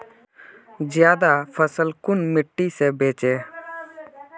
ज्यादा फसल कुन मिट्टी से बेचे?